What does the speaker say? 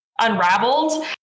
unraveled